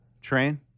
Train